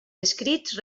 escrits